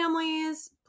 families